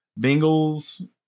Bengals